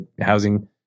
housing